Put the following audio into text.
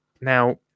Now